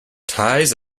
ties